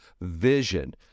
vision